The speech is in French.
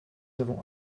avons